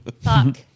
Fuck